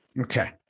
okay